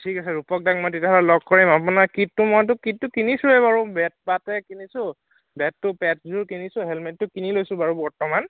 ঠিক আছে ৰূপক দাক মই তেতিয়াহ'লে লগ কৰিম আপোনাৰ কীটটো মইটো কীটটো কিনিছোৱে বাৰু বেটপাতে কিনিছোঁ বেটটো পে'ডযোৰ কিনিছোঁ হেলমেটটো কিনি লৈছোঁ বাৰু বৰ্তমান